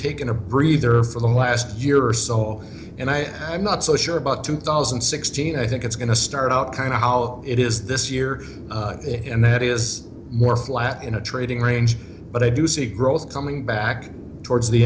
taking a breather for the last year or so and i am not so sure about two thousand and sixteen i think it's going to start out kind of how it is this year and that is more flat in a trading range but i do see growth coming back towards the